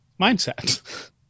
mindset